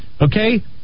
Okay